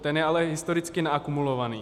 Ten je ale historicky naakumulovaný.